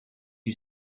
you